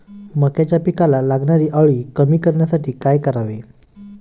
मक्याच्या पिकाला लागणारी अळी कमी करण्यासाठी काय करावे?